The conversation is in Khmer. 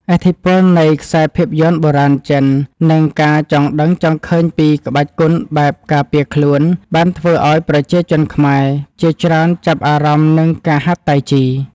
ឥទ្ធិពលនៃខ្សែភាពយន្តបុរាណចិន និងការចង់ដឹងចង់ឃើញពីក្បាច់គុណបែបការពារខ្លួន បានធ្វើឱ្យប្រជាជនខ្មែរជាច្រើនចាប់អារម្មណ៍នឹងការហាត់តៃជី។